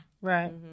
Right